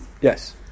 Yes